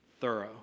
thorough